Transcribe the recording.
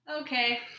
okay